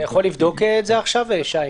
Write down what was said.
אתה יכול לבדוק את זה עכשיו, שי?